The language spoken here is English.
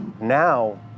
Now